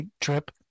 trip